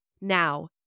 Now